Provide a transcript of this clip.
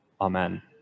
Amen